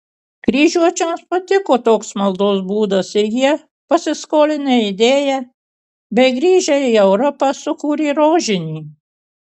kryžiuočiams patiko toks maldos būdas ir jie pasiskolinę idėją bei grįžę į europą sukūrė rožinį